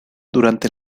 durante